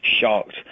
shocked